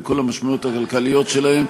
עם כל המשמעויות הכלכליות שלהן,